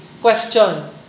Question